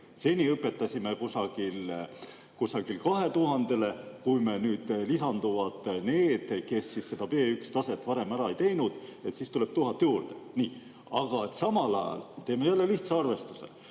Seni õpetasime kusagil 2000‑le, kui nüüd lisanduvad need, kes seda B1‑taset varem ära ei teinud, siis tuleb 1000 juurde. Aga samal ajal, teeme jälle lihtsa arvestuse,